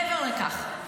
מעבר לכך,